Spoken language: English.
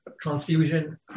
transfusion